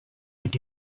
été